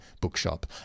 bookshop